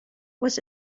was